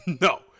no